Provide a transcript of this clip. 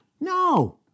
No